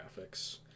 graphics